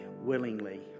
willingly